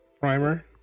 primer